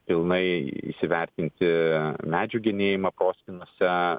pilnai įsivertinti medžių genėjimą proskynose